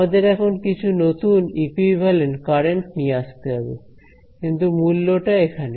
আমাদের এখন কিছু নতুন ইকুইভ্যালেন্ট কারেন্ট নিয়ে আসতে হবে কিন্তু মূল্যটা এখানে